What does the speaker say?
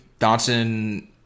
Donson